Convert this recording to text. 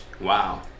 Wow